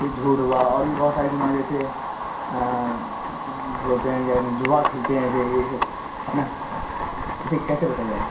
پھر جھوٹ ہوا اور بھی بہت ساری گناہ جیسے کہ بولتے ہیں کیا کہتے ہیں جوا کھیلتے ہیں ایسے یہ سب ہے نا اس سے کیسے بچا جائے